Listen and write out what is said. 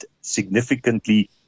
significantly